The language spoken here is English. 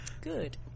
Good